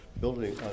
building